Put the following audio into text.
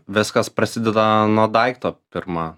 viskas prasideda nuo daikto pirma